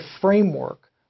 framework